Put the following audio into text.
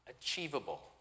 Achievable